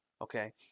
okay